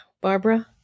Barbara